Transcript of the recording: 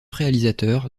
réalisateurs